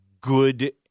good